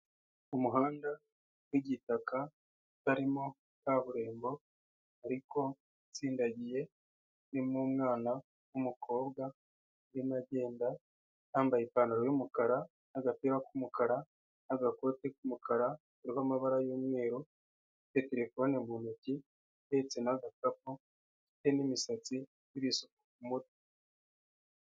Ku muhanda w'igitaka utarimo kaburimbo ariko utsindagiye urimo umwana w'umukobwa urimo agenda yambaye ipantaro y'umukara n'agapira k'umukara n'agakoti k'umukara n'agakoti k'umukara kariho amabara y'umweru, afite telefone mu ntoki, ahetse n'agakapu ke n'imisatsi n'ibisuko ku mutwe.